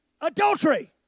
adultery